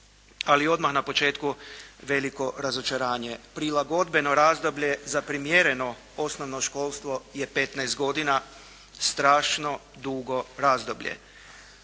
Ali odmah na početku veliko razočaranje. Prilagodbeno razdoblje za primjereno osnovno školstvo je 15 godina, strašno dugo razdoblje.